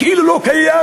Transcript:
כאילו הוא לא קיים,